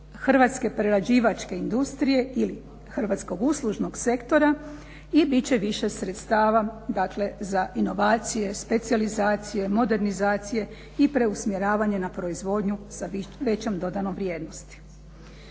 hrvatske prerađivačke industrije ili hrvatskog uslužnog sektora i bit će više sredstava za inovacije, specijalizacije, modernizacije i preusmjeravanje na proizvodnju sa većom dodanom vrijednosti.